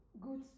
good